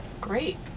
Great